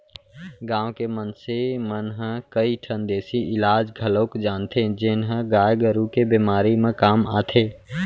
गांव के मनसे मन ह कई ठन देसी इलाज घलौक जानथें जेन ह गाय गरू के बेमारी म काम आथे